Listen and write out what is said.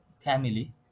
family